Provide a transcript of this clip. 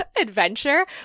adventure